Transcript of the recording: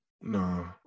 No